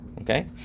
Okay